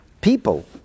people